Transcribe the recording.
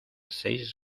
seis